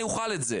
אני אוכל את זה.